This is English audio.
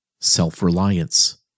self-reliance